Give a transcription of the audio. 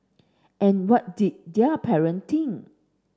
and what did their parent think